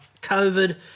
COVID